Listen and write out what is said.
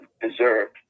deserved